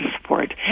support